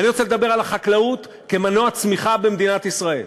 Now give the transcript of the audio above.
אני רוצה לדבר על החקלאות כמנוע צמיחה במדינת ישראל.